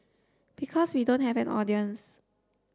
because we don't have an audience